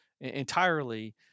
entirely